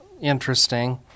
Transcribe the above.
interesting